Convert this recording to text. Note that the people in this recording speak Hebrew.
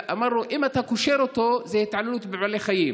אמר לו: אם אתה קושר אותו זה התעללות בבעלי חיים,